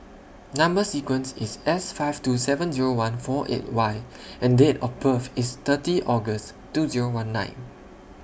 Number sequence IS S five two seven Zero one four eight Y and Date of birth IS thirty August two Zero one nine